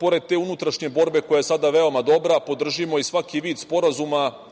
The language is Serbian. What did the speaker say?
pored te unutrašnje borbe, koja je sada veoma dobra, podržimo i svaki vid sporazuma